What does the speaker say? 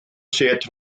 set